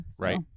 Right